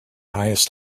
highest